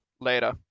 Later